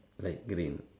light green